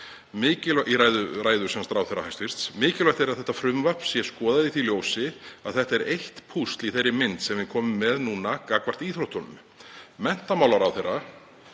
í ræðu, með leyfi forseta: „Mikilvægt er að þetta frumvarp sé skoðað í því ljósi að það er eitt púsl í þeirri mynd sem við komum með núna gagnvart íþróttunum. Menntamálaráðherra